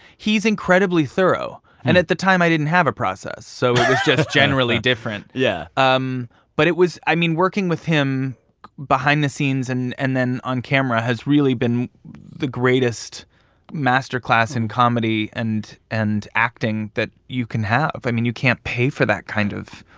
he's incredibly thorough. and at the time, i didn't have a process so it was just generally different yeah um but it was i mean, working with him behind the scenes and and then on camera has really been the greatest master class in comedy and and acting that you can have. i mean, you can't pay for that kind of.